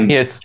Yes